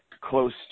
close